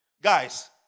guys